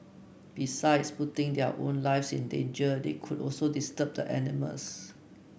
besides putting their own lives in danger they could also disturb the animals